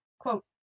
quote